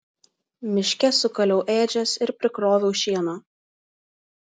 miške sukaliau ėdžias ir prikroviau šieno